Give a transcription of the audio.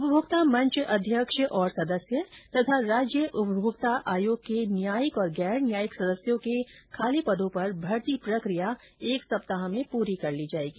उपभोक्ता मंच अध्यक्ष और सदस्य तथा राज्य उपभोक्ता आयोग के न्यायिक और गैर न्यायिक सदस्यों के खाली पदों पर भर्ती प्रक्रिया एक सप्ताह में पूरी कर ली जाएगी